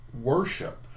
worship